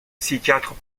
psychiatres